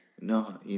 No